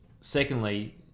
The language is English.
Secondly